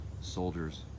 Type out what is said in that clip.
soldiers